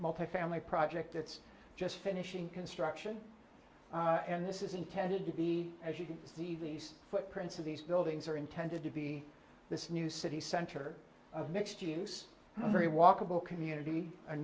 multifamily project it's just finishing construction and this is intended to be as you can see these footprints of these buildings are intended to be this new city center of mixed use very walkable community